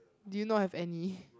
do you not have any